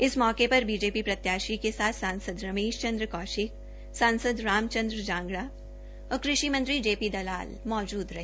इस मौके पर बीजेपी प्रत्याशी के साथ सांसद रमेश चन्द्र कौशिक सांसद राम चन्द्र जांगड़ा और कृषि मंत्री जे पी दलाल मौजूद रहे